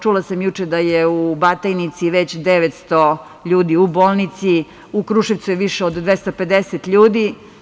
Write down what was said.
Čula sam juče da je u Batajnici već 900 ljudi u bolnici, u Kruševcu je više 250 ljudi.